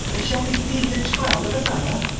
and shall we feed the child of another?